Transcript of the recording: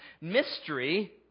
mystery